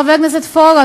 חבר הכנסת פורר,